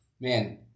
man